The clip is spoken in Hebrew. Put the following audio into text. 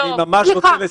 אני רוצה לסיים.